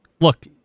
look